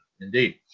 Indeed